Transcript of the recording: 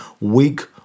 weak